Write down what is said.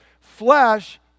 Flesh